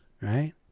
right